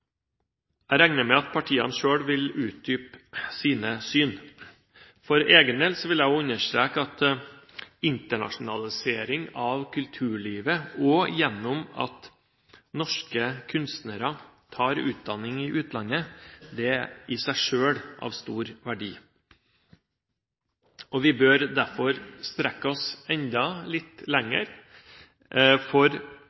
Jeg regner med at partiene selv vil utdype sine syn. For egen del vil jeg understreke at internasjonalisering av kulturlivet, også gjennom at norske kunstnere tar utdanning i utlandet, i seg selv er av stor verdi. Vi bør derfor strekke oss enda litt lenger